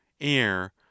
air